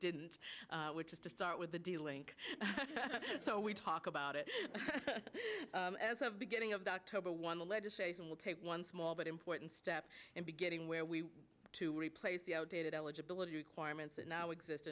didn't which is to start with the dealing so we talk about it as a beginning of the october one the legislation will take one small but important step and beginning where we are to replace the outdated eligibility requirements that now exist